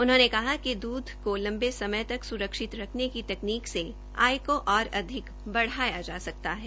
उन्होंने कहा कि दूध को लंबे समय तक सुरक्षित रखने की तकनीक से आय को और अधिक बढ़ाया जा सकता है